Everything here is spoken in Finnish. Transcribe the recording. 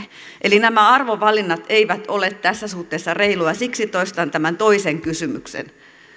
eli nämä arvovalinnat eivät ole tässä suhteessa reiluja ja siksi toistan tämän toisen kysymyksen ja